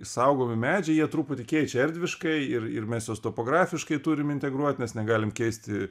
saugomi medžiai jie truputį keičia erdviškai ir ir mes juos topografiškai turim integruot nes negalim keisti